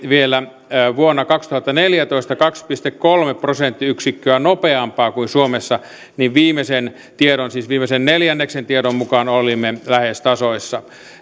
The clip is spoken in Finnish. vielä vuonna kaksituhattaneljätoista oli kaksi pilkku kolme prosenttiyksikköä nopeampaa kuin suomessa niin viimeisen tiedon siis viimeisen neljänneksen tiedon mukaan olimme lähes tasoissa